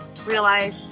realize